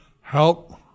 help